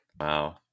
Wow